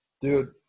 Dude